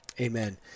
Amen